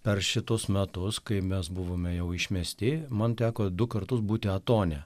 per šituos metus kai mes buvome jau išmesti man teko du kartus būti atone